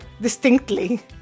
distinctly